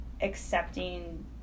accepting